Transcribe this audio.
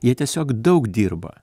jie tiesiog daug dirba